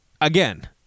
Again